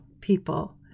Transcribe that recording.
people